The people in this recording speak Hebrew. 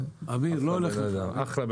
אביר, לא הולך לך אביר.